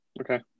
Okay